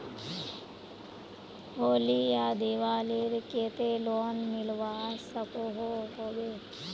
होली या दिवालीर केते लोन मिलवा सकोहो होबे?